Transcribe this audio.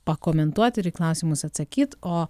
pakomentuot ir į klausimus atsakyt o